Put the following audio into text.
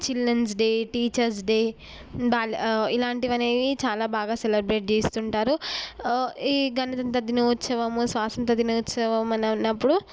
children's Day Teachers' Day ఇలాంటివి అనేవి చాలా బాగా సెలబ్రేట్ చేస్తుంటారు ఈ గణతంత్ర దినోత్సవము స్వాసంత్ర దినోత్సవము